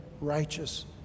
righteous